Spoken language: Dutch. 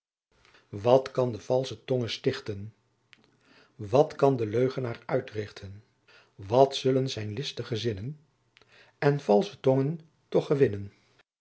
wat kan de valsche tonge stichten wat kan de leugenaar uytrichten wat sullen syn listige sinnen en valsche tonge toch